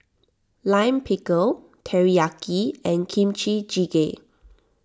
Lime Pickle Teriyaki and Kimchi Jjigae